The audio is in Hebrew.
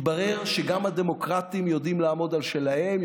התברר שגם הדמוקרטים יודעים לעמוד על שלהם,